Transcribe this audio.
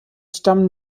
stammen